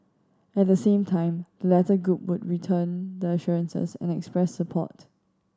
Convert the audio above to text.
at the same time the latter group would return the assurances and express support